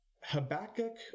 Habakkuk